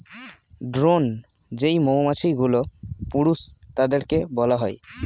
drone যেই মৌমাছিগুলো, পুরুষ তাদেরকে বলা হয়